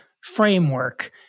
framework